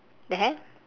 the heck